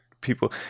people